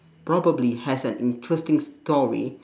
probably has an interesting story